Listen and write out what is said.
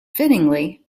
fittingly